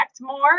more